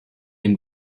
dem